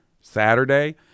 Saturday